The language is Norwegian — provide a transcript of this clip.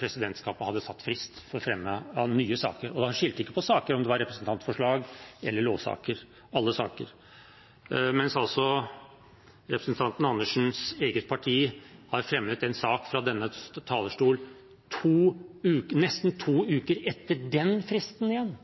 presidentskapet hadde satt frist for fremme av nye saker. Han skilte ikke mellom saker – om det var representantforslag eller lovsaker, alle saker – mens representanten Andersens eget parti har fremmet en sak fra denne talerstol nesten to uker etter den fristen igjen,